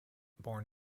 born